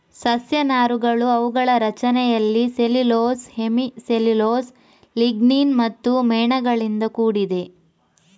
ಸಸ್ಯ ನಾರುಗಳು ಅವುಗಳ ರಚನೆಯಲ್ಲಿ ಸೆಲ್ಯುಲೋಸ್, ಹೆಮಿ ಸೆಲ್ಯುಲೋಸ್, ಲಿಗ್ನಿನ್ ಮತ್ತು ಮೇಣಗಳಿಂದ ಕೂಡಿದೆ